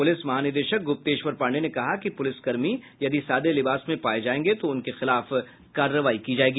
प्रलिस महानिदेशक गुप्तेश्वर पांडेय ने कहा कि प्रलिसकर्मी यदि सादे लिबास में पाये जायेंगे तो उनके खिलाफ कार्रवाई की जायेगी